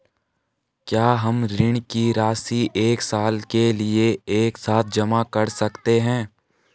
क्या हम ऋण की राशि एक साल के लिए एक साथ जमा कर सकते हैं?